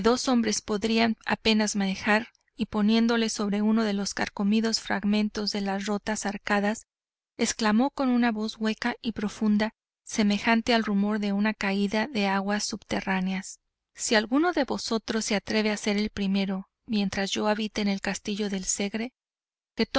dos hombres podrían apenas manejar y poniéndose sobre uno de los carcomidos fragmentos de las rotas arcadas exclamo con una voz hueca y profunda semejante al rumor de una caída de aguas subterráneas si alguno de vosotros se atreve a ser el primero mientras yo habite en el castillo del segre